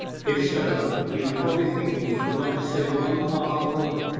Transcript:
if so, he was probably thinking he would like to say one parting word.